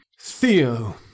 Theo